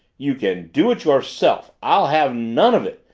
you can do it yourself! i'll have none of it!